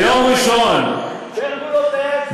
ביום ראשון, הפרגולות זה היה אצלכם.